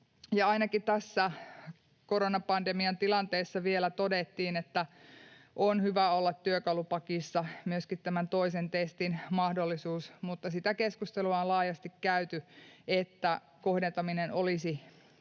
Ainakin tässä koronapandemian tilanteessa vielä todettiin, että on hyvä olla työkalupakissa myöskin tämä toisen testin mahdollisuus, mutta sitä keskustelua on laajasti käyty, että kohdentaminen olisi